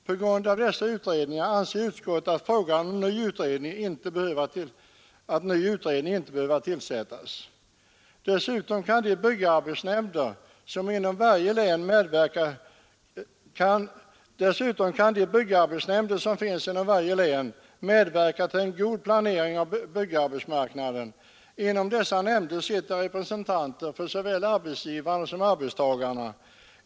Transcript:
På grund av dessa utredningar anser utskottet att någon ny utredning inte behöver tillsättas. Dessutom kan de byggarbetsnämnder som finns inom varje län medverka till en god planering av byggarbetsmarknaden. Inom dessa nämnder sitter representanter för såväl arbetsgivare som arbetstagare.